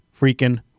freaking